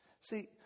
see